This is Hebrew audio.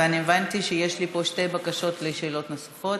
הבנתי שיש לי פה שתי בקשות לשאלות נוספות,